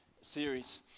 series